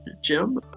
Jim